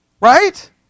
Right